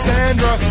Sandra